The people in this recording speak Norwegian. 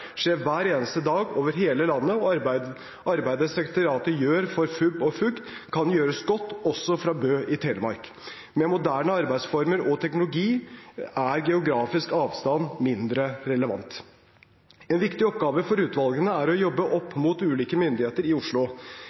skjer hver eneste dag over hele landet, og arbeidet sekretariatet gjør for FUG og FUB, kan gjøres godt, også fra Bø i Telemark. Med moderne arbeidsformer og teknologi er geografisk avstand mindre relevant. En viktig oppgave for utvalgene er å jobbe opp mot ulike myndigheter i Oslo.